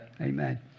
Amen